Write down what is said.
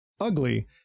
ugly